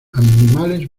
animales